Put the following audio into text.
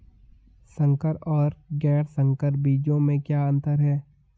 संकर और गैर संकर बीजों में क्या अंतर है?